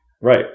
Right